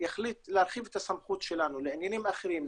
יחליט להרחיב את הסמכות שלנו לעניינים אחרים,